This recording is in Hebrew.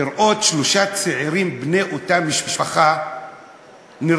לראות שלושה צעירים בני אותה משפחה נרצחים,